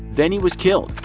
then he was killed.